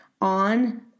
on